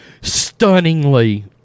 Stunningly